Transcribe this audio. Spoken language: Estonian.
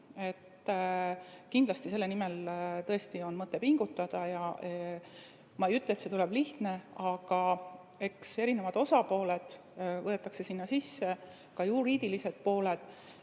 Kindlasti selle nimel on mõtet pingutada ja ma ei ütle, et see tuleb lihtne, aga eks erinevad osapooled võetakse sinna sisse, ka juriidilised pooled.